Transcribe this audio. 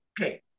Okay